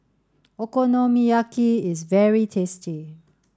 Okonomiyaki is very tasty